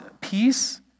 peace